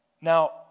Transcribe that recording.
Now